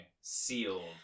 sealed